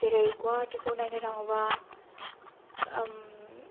जेरै गुवाहाटिखौ नायनो थाङोब्ला